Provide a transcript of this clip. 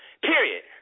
period